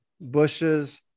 bushes